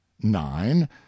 nine